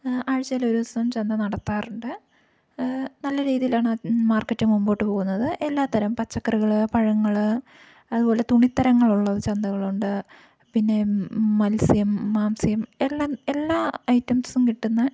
ആഴ്ചയിൽ ഒരു ദിവസം ചന്ത നടത്താറുണ്ട് നല്ല രീതിയിലാണ് മാർക്കറ്റ് മുമ്പോട്ട് പോകുന്നത് എല്ലാ തരം പച്ചക്കറികൾ പഴങ്ങൾ അതുപോലെ തുണിത്തരങ്ങളുള്ള ചന്തകളുണ്ട് പിന്നെ മത്സ്യം മാംസ്യം എല്ലാം എല്ലാ ഐറ്റംസും കിട്ടുന്ന